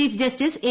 chief justice A